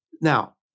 Now